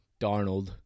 Darnold